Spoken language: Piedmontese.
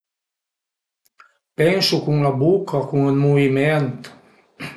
Pensu cun la buca, cun ël muvimènt